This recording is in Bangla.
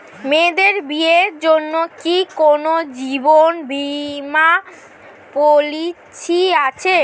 মেয়েদের বিয়ের জন্য কি কোন জীবন বিমা পলিছি আছে?